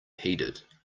heeded